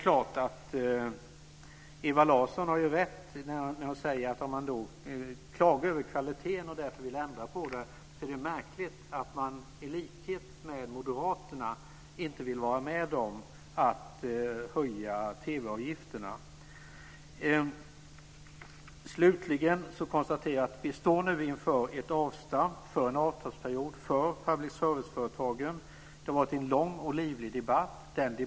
Ewa Larsson har rätt när hon säger att det är märkligt att man inte vill vara med om att höja TV avgifterna om man klagar över kvaliteten och därför vill ha en förändring, i likhet med moderaterna. Vi står nu inför ett avstamp inför kommande avtalsperiod för public service-företagen. Det har varit en lång och livlig debatt.